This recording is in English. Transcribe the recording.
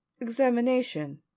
examination